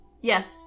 Yes